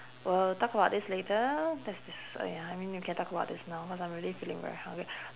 we'll talk about this later that's this !aiya! I mean we can talk about this now cause I'm really feeling very hungry